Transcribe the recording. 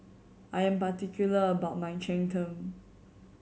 I am particular about my cheng tng